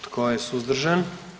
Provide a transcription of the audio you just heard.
Tko je suzdržan?